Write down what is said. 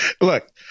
Look